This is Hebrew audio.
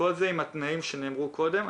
כל זה עם התנאים שנאמרו קודם.